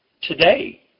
today